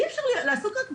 אי אפשר לעסוק רק בטיפול,